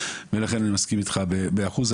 לכן, אני מסכים איתך ב-100 אחוז.